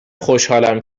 خوشحالم